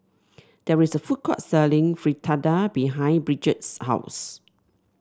there is a food court selling Fritada behind Bridgett's house